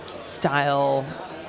style